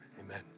Amen